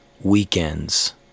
weekends